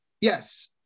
Yes